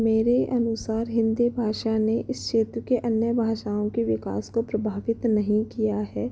मेरे अनुसार हिंदी भाषा ने इस क्षेत्र के अन्य भाषाओं के विकास को प्रभावित नहीं किया है